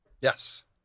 Yes